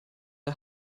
der